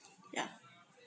yeah